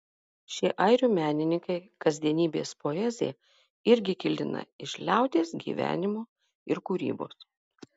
šie airių menininkai kasdienybės poeziją irgi kildina iš liaudies gyvenimo ir kūrybos